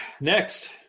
next